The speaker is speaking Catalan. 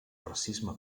racisme